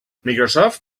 microsoft